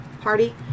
party